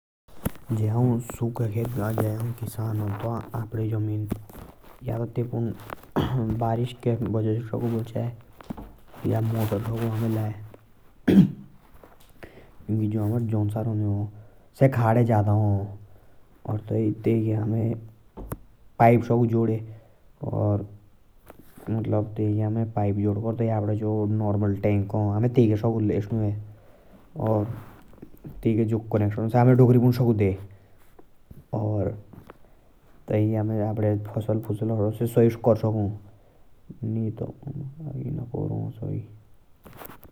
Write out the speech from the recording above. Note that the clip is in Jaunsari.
ज ओ सुखे के समय का किसान हल। ता अपने फसल बारिश के वजे से सक्खु। बचाई वा तो नदी दो मोटर लयकर। हौ पाइप देंदा जोड़े।